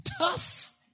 Tough